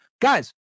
Guys